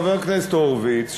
חבר הכנסת הורוביץ,